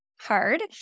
hard